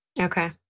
Okay